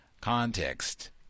context